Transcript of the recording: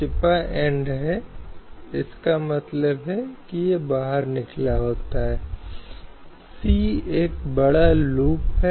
अब ऐसे कई प्रत्यक्ष सिद्धांत हैं जो महिलाओं सहित लोगों के कल्याण के उद्देश्य से हैं